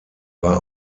war